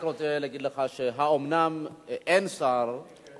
אני רק רוצה להגיד לך שאומנם אין שר תורן.